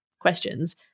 questions